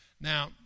Now